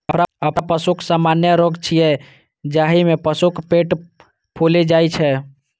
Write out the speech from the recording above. अफरा पशुक सामान्य रोग छियै, जाहि मे पशुक पेट फूलि जाइ छै